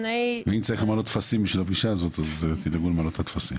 ואם צריך למלא טפסים בשביל הפגישה הזאת אז תדאגו למלא טפסים.